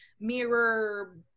mirror